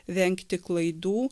vengti klaidų